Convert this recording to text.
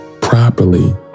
properly